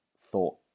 thought